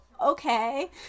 okay